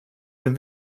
den